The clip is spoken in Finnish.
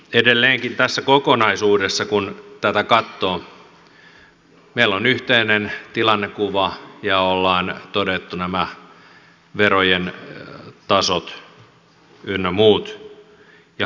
edelleenkin tässä kokonaisuudessa kun tätä katsoo meillä on yhteinen tilannekuva ja ollaan todettu nämä verojen tasot ynnä muut